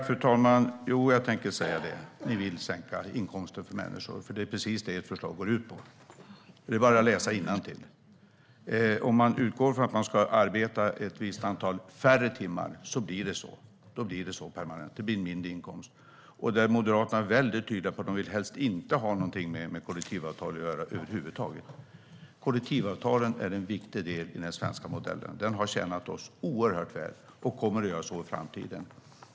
Fru talman! Jo, jag tänker säga det. Ni vill sänka inkomsten för människor, för det är precis det ert förslag går ut på. Det är bara att läsa innantill. Om man utgår från att man ska arbeta ett visst antal färre timmar blir det så permanent. Det blir en mindre inkomst. Moderaterna är väldigt tydliga med att de helst inte vill ha någonting med kollektivavtal att göra över huvud taget. Kollektivavtalen är en viktig del i den svenska modellen. Den har tjänat oss oerhört väl och kommer att göra så i framtiden.